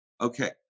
Okay